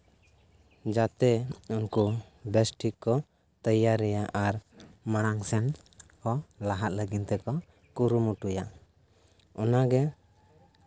ᱡᱟᱛᱮ ᱩᱱᱠᱩ ᱵᱮᱥ ᱴᱷᱤᱠ ᱠᱚ ᱛᱮᱭᱟᱨᱤᱭᱟ ᱟᱨ ᱢᱟᱲᱟᱝ ᱥᱮᱱ ᱞᱟᱦᱟᱜ ᱞᱟᱹᱜᱤᱫ ᱛᱮᱠᱚ ᱠᱩᱨᱩᱢᱩᱴᱩᱭᱟ ᱚᱱᱟᱜᱮ